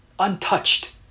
untouched